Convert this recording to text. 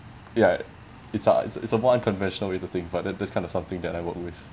ya it's a it's it's a more unconventional way to think but that that's kind of something that I work with